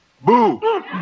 Boo